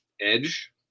edge